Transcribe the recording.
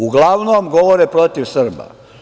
Uglavnom govore protiv Srba.